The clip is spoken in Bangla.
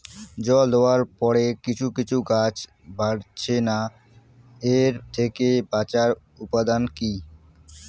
জল দেওয়ার পরে কিছু কিছু গাছ বাড়ছে না এর থেকে বাঁচার উপাদান কী?